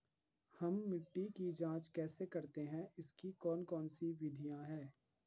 हम मिट्टी की जांच कैसे करते हैं इसकी कौन कौन सी विधियाँ है?